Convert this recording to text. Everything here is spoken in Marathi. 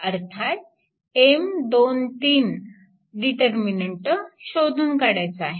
अर्थात M23 डीटर्मिनंट शोधून काढायचा आहे